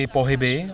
pohyby